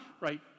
right